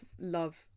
love